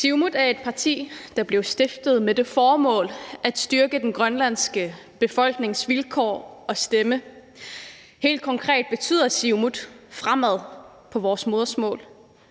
Siumut er et parti, der blev stiftet med det formål at styrke den grønlandske befolknings vilkår og stemme. Helt konkret betyder siumut fremad på vores modersmål.